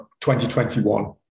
2021